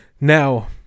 now